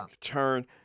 turn